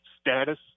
status